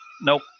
nope